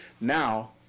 now